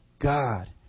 God